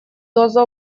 дозу